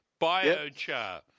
Biochar